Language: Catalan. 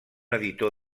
editor